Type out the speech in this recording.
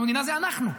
המדינה זה אנחנו.